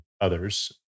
others